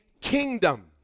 kingdom